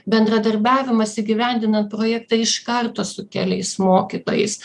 bendradarbiavimas įgyvendinant projektą iš karto su keliais mokytojais